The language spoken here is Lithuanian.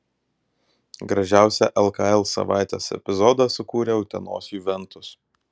gražiausią lkl savaitės epizodą sukūrė utenos juventus